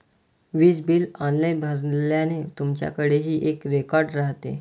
वीज bill online भरल्याने, तुमच्याकडेही एक रेकॉर्ड राहते